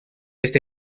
esta